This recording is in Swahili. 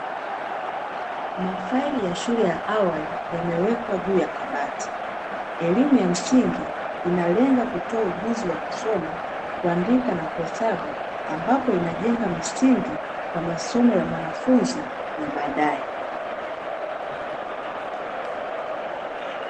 Mafaili ya shule ya awali yamewekwa juu ya kabati. Elimu ya msingi inalenga kutoa ujuzi wa kusoma, kuandika, na kuhesabu ambapo inajenga misingi kwa masomo ya mwanafunzi ya baadaye.